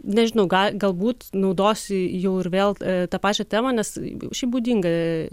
nežinau ga galbūt naudosi jau ir vėl tą pačią temą nes šiaip būdinga